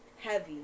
Heavy